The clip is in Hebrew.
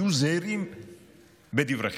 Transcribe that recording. היו זהירים בדבריכם.